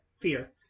fear